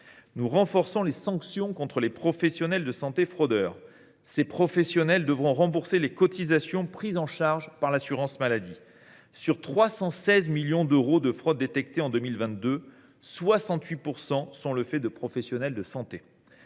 Nous renforçons les sanctions contre les professionnels de santé fraudeurs. Ces professionnels devront rembourser les cotisations prises en charge par l’assurance maladie. Sur un montant de fraudes détectées de 316 millions d’euros en 2022, quelque 68 % sont le fait de professionnels de santé.